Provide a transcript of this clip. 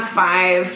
five